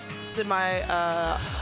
semi